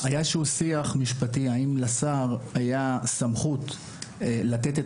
היה איזשהו שיח משפטי האם לשר היתה סמכות לתת את